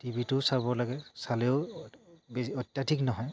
টিভিটোও চাব লাগে চালেও বেছি অত্যাধিক নহয়